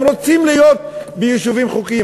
הם רוצים להיות ביישובים חוקיים.